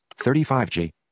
35G